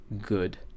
good